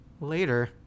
later